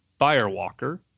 Firewalker